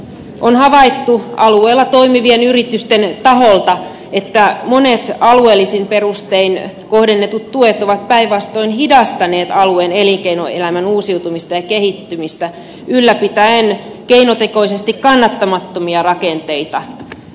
on havaittu alueella toimivien yritysten taholta että monet alueellisin perustein kohdennetut tuet ovat päinvastoin hidastaneet alueen elinkeinoelämän uusiutumista ja kehittymistä ylläpitäen keinotekoisesti kannattamattomia rakenteita